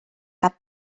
cap